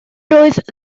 oedd